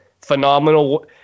phenomenal